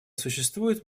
существует